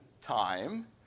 time